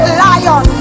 lion